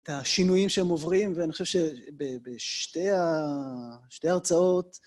את השינויים שהם עוברים, ואני חושב שבשתי ההרצאות...